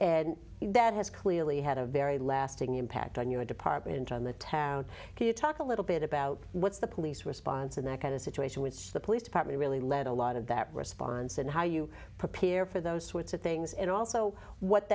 and that has clearly had a very lasting impact on your department on the town can you talk a little bit about what's the police response in that kind of situation which the police department really led a lot of that response and how you prepare for those sorts of things and also what